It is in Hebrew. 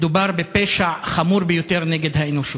מדובר בפשע חמור ביותר נגד האנושות.